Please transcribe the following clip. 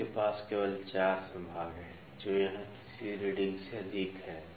उनके पास केवल 4 संभाग हैं जो यहां तीसरी रीडिंग से अधिक है